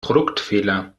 produktfehler